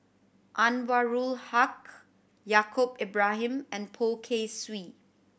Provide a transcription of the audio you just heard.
Anwarul Haque Yaacob Ibrahim and Poh Kay Swee